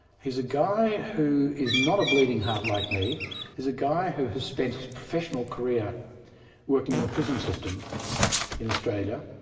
he's a guy who is not a bleeding-heart like me. he is a guy who has spent his professional career working in the prison system in australia.